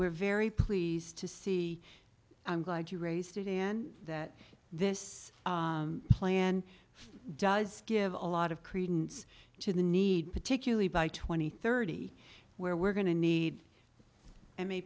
we're very pleased to see i'm glad you raised it and that this plan does give a lot of credence to the need particularly by twenty thirty where we're going to need an